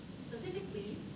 specifically